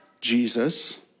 Jesus